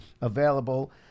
available